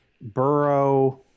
Burrow